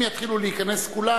אם יתחילו להיכנס כולם,